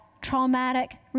traumatic